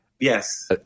yes